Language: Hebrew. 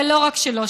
ולא רק שלו,